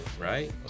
Right